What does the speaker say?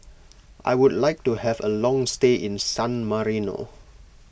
I would like to have a long stay in San Marino